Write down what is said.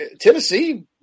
Tennessee